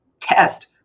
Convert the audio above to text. test